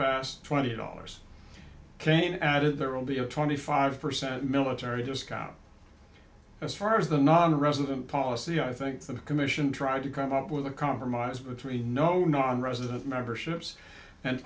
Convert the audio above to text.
pass twenty dollars kane added there will be a twenty five percent military discount as far as the nonresident policy i think the commission tried to come up with a compromise between no nonresident memberships and